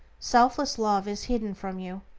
selfless love is hidden from you.